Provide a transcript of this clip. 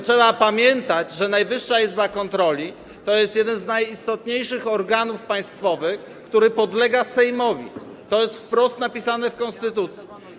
Trzeba pamiętać, że Najwyższa Izba Kontroli to jest jeden z najistotniejszych organów państwowych, który podlega Sejmowi, to jest wprost napisane w konstytucji.